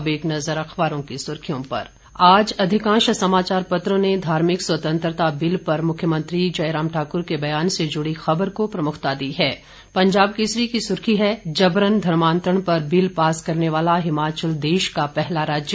अब एक नज़र अखबारों की सुर्खियों पर आज अधिकांश समाचार पत्रों ने धार्मिक स्वतंत्रता बिल पर मुख्यमंत्री जयराम ठाकुर के बयान से जुड़ी खबर को प्रमुखता दी हैं पंजाब केसरी की सुर्खी है जबरन धर्मांतरण पर बिल पास करने वाला हिमाचल देश का पहला राज्य